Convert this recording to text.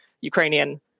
ukrainian